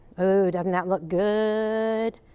oh, doesn't that look good?